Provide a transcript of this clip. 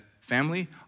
family